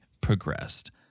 progressed